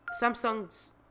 Samsung's